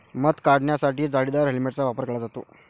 मध काढण्यासाठी जाळीदार हेल्मेटचा वापर केला जातो